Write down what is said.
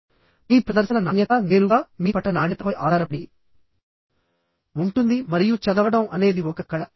నిజానికి మీ ప్రదర్శన యొక్క నాణ్యత నేరుగా మీ పఠన నాణ్యతపై ఆధారపడి ఉంటుంది మరియు చదవడం అనేది ఒక కళ